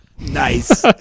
Nice